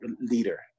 leader